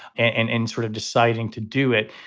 and in sort of deciding to do it,